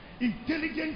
Intelligent